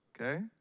Okay